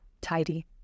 tidy